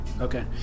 okay